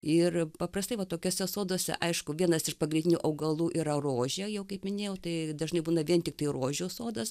ir paprastai va tokiuose soduose aišku vienas iš pagrindinių augalų yra rožė jau kaip minėjau tai dažnai būna vien tiktai rožių sodas